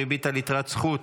ריבית על יתרת זכות),